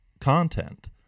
content